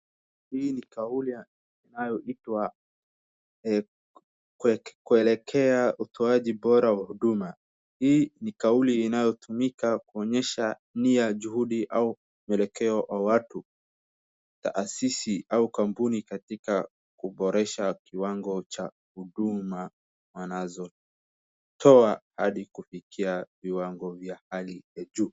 Hii ni kauli inayoitwa kuelekea utoaji bora wa huduma. Hii ni kauli inayotumika kuonyesha nia, juhudi au mwelekeo wa watu, tahasisi au kampuni katika kuboresha kiwango cha huduma wanazotoa hadi kufikia viwango vya hali ya juu.